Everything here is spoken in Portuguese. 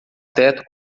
teto